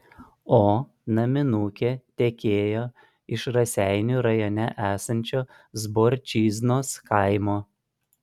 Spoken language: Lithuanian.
o naminukė tekėjo iš raseinių rajone esančio zborčiznos kaimo